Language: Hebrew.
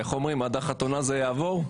איך אומרים, עד החתונה זה יעבור?